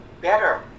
better